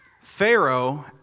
Pharaoh